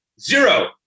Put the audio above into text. Zero